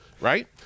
Right